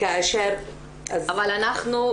אבל אנחנו,